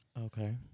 okay